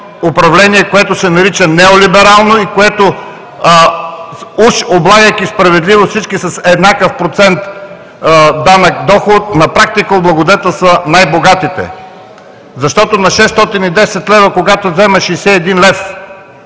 управление, което се нарича неолиберално и което уж, облагайки справедливо всички с еднакъв процент данък доход, на практика облагодетелства най-богатите. Защото на 610 лв., когато вземеш 61 лв.